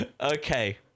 okay